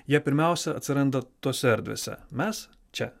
jie pirmiausia atsiranda tose erdvėse mes čia